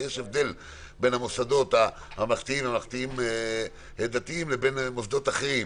יש הבדל בין המוסדות הממלכתיים והממלכתיים-דתיים לבין מוסדות אחרים,